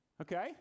Okay